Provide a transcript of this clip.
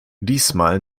diesmal